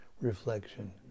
reflection